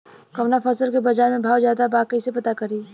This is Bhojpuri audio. कवना फसल के बाजार में भाव ज्यादा बा कैसे पता करि?